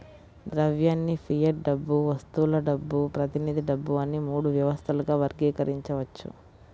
ద్రవ్యాన్ని ఫియట్ డబ్బు, వస్తువుల డబ్బు, ప్రతినిధి డబ్బు అని మూడు వ్యవస్థలుగా వర్గీకరించవచ్చు